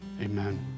amen